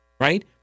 right